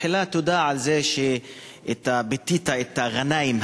תחילה תודה על זה שביטאת את הע'נאים,